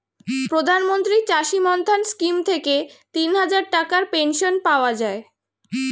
প্রধানমন্ত্রী চাষী মান্ধান স্কিম থেকে তিনহাজার টাকার পেনশন পাওয়া যায়